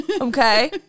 okay